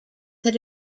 had